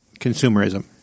consumerism